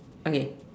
okay